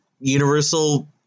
universal